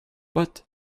but